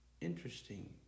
interesting